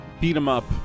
beat-em-up